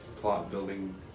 plot-building